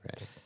right